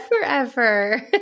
forever